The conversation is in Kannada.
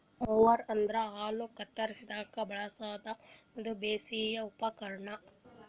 ಮೊವರ್ ಅಂದ್ರ ಹುಲ್ಲ್ ಕತ್ತರಸ್ಲಿಕ್ ಬಳಸದ್ ಒಂದ್ ಬೇಸಾಯದ್ ಉಪಕರ್ಣ್